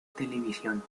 televisión